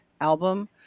album